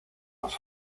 los